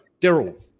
Daryl